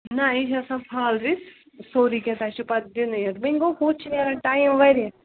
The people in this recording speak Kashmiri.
نہ یہِ چھِ آسان پھالوِتھ سورُے کیٚنٛہہ تۄہہِ چھُو پَتہٕ دِنُے یوت وۄنۍ گوٚو ہُتھ چھُ نیران ٹایم واریاہ